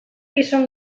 gizon